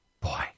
Boy